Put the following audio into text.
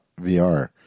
vr